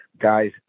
guys